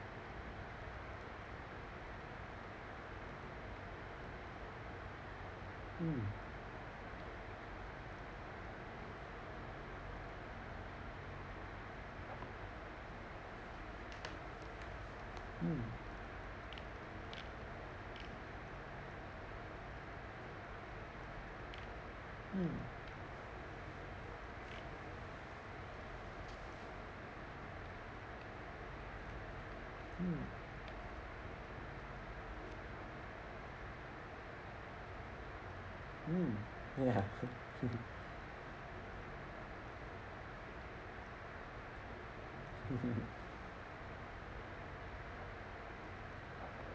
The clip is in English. mm mm mm mm mm ya